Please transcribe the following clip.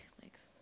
thanks